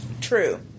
True